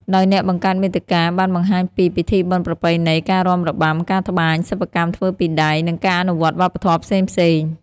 ដោយអ្នកបង្កើតមាតិកាបានបង្ហាញពី ពិធីបុណ្យប្រពៃណី ការរាំរបាំ ការត្បាញ សិប្បកម្មធ្វើពីដៃ និងការអនុវត្តវប្បធម៌ផ្សេងៗ។